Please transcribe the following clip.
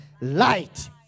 Light